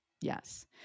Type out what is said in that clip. yes